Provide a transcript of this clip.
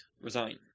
Resign